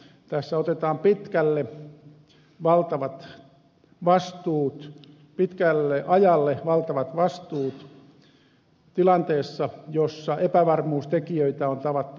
tässä otetaan pitkälle ajalle valtavat vastuut tilanteessa jossa epävarmuustekijöitä on tavattoman paljon